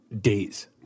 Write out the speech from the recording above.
days